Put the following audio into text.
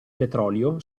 petrolio